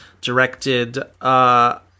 directed